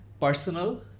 Personal